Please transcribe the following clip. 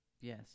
Yes